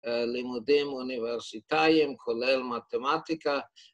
‫לימודים אוניברסיטאיים, ‫כולל מתמטיקה.